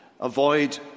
Avoid